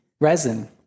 resin